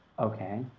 Okay